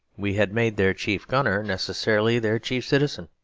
we had made their chief gunner necessarily their chief citizen.